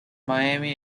miami